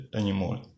anymore